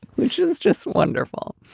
which is just wonderful,